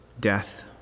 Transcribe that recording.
death